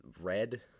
red